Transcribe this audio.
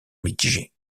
mitigées